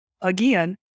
again